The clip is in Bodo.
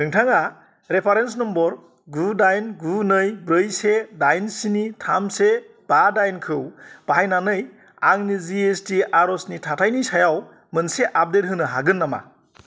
नोंथाङा रेफारेन्स नम्बर गु दाइन गु नै ब्रै से दाइन स्नि थाम से बा दाइनखौ बाहायनानै आंनि जि एस टि आर'जनि थाथायनि सायाव मोनसे आपडेट होनो हागोन नामा